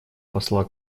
посла